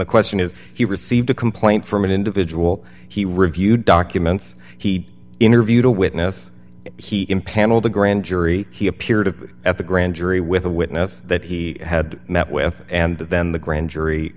the question is he received a complaint from an individual he reviewed documents he interviewed a witness he impaneled a grand jury he appeared of at the grand jury with a witness that he had met with and then the grand jury